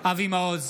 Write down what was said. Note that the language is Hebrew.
אבי מעוז,